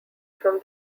from